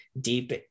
deep